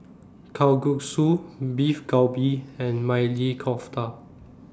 Kalguksu Beef Galbi and Maili Kofta